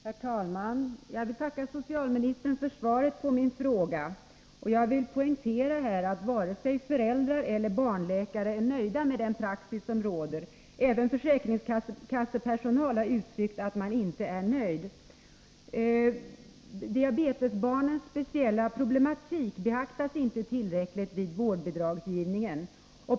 Herr talman! Jag vill tacka socialministern för svaret på min fråga. Jag vill poängtera att varken föräldrar eller barnläkare är nöjda med den praxis som råder. Även försäkringskassepersonal har uttryckt att man inte är nöjd. Diabetesbarnens speciella problematik beaktas inte tillräckligt vid vårdbidragsgivningen.